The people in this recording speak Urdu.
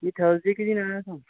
جی تھرسڈے کے دن آیا تھا